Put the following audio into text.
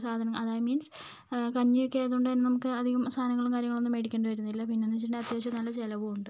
സാധനം അതായത് മീൻസ് കഞ്ഞിയൊക്കെ ആയതുകൊണ്ടുതന്നെ നമുക്ക് അധികം സാധനങ്ങളും കാര്യങ്ങളൊന്നും വേടിക്കേണ്ടി വരുന്നില്ല പിന്നെയെന്നു വെച്ചിട്ടുണ്ടെങ്കിൽ അത്യാവശ്യം നല്ല ചിലവും ഉണ്ട്